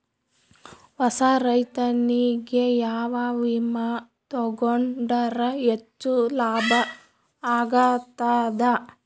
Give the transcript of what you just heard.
ಹೊಸಾ ರೈತನಿಗೆ ಯಾವ ವಿಮಾ ತೊಗೊಂಡರ ಹೆಚ್ಚು ಲಾಭ ಆಗತದ?